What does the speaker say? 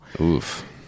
Oof